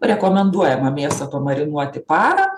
rekomenduojama mėsą pamarinuoti parą